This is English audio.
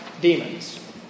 demons